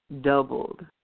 doubled